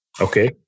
Okay